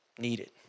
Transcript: needed